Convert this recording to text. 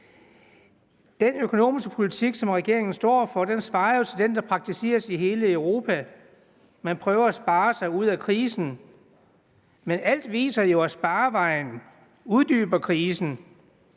Den økonomiske politik, som regeringen står for, svarer jo til den, der praktiseres i hele Europa. Man prøver at spare sig ud af krisen, men alt viser jo, at sparevejen uddyber krisen.